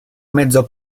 mezzo